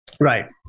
Right